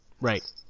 Right